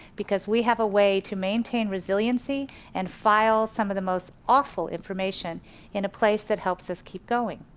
because we have a way to maintain resiliency and file some of the most awful information in a place that helps us keep going.